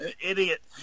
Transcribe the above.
idiot